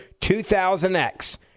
2000X